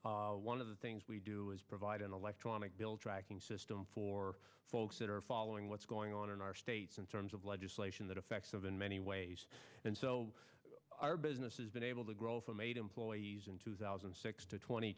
and one of the things we do is provide an electronic bill tracking system for folks that are following what's going on in our states in terms of legislation that affects of in many ways and so our business has been able to grow from eight employees in two thousand and six to twenty